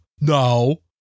no